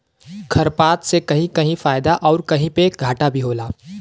खरपात से कहीं कहीं फायदा आउर कहीं पे घाटा भी होला